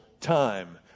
time